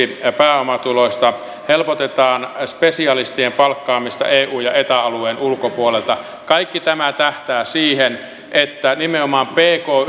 muuttuu vähennyskelpoiseksi pääomatuloista helpotetaan spesialistien palkkaamista eu ja eta alueen ulkopuolelta kaikki tämä tähtää siihen että nimenomaan pk